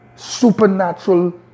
supernatural